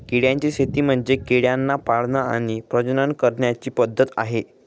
किड्यांची शेती म्हणजे किड्यांना पाळण आणि प्रजनन करण्याची पद्धत आहे